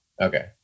Okay